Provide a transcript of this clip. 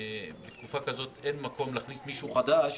בתקופה כזאת אין מקום להכניס מישהו חדש